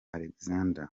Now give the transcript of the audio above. alexander